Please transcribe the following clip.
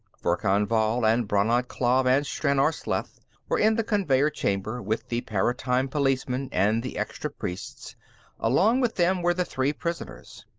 verkan vall and brannad klav and stranor sleth were in the conveyer chamber, with the paratime policemen and the extra priests along with them were the three prisoners.